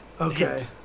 Okay